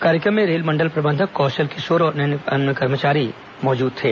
कार्यक्रम में रेलमंडल प्रबंधक कौशल किशोर और अन्य कर्मचारी मौजूद थे